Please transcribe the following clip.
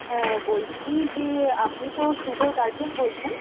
হ্যাঁ বলছি যে আপনি তো শুভর গার্জেন বলছেন